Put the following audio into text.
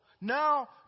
Now